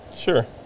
Sure